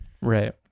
Right